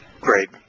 Great